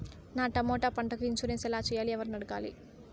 నా టమోటా పంటకు ఇన్సూరెన్సు ఎలా చెయ్యాలి? ఎవర్ని అడగాలి?